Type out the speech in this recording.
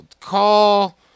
call